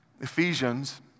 Ephesians